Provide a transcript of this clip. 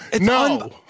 No